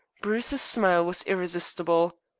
bruce's smile was irresistible.